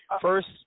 first –